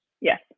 Yes